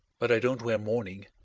but i don't wear mourning.